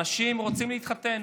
אנשים רוצים להתחתן.